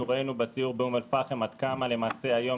ראינו בסיור באום אל פאחם עד כמה היום,